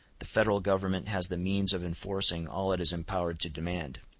the federal government has the means of enforcing all it is empowered to demand.